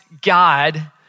God